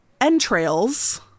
entrails